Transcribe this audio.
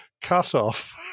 cutoff